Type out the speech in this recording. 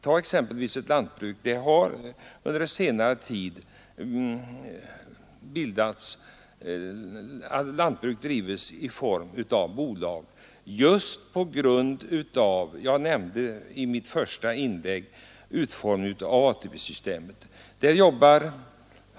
Under senare tid har man börjat driva lantbruk i form av aktiebolag på grund av, som jag nämnde i mitt första inlägg, ATP-systemets utformning.